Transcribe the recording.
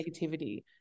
negativity